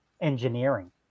engineering